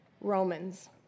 Romans